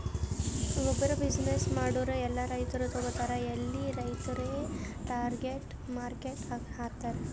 ಗೊಬ್ಬುರ್ ಬಿಸಿನ್ನೆಸ್ ಮಾಡೂರ್ ಎಲ್ಲಾ ರೈತರು ತಗೋತಾರ್ ಎಲ್ಲಿ ರೈತುರೇ ಟಾರ್ಗೆಟ್ ಮಾರ್ಕೆಟ್ ಆತರ್